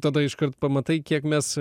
tada iškart pamatai kiek mes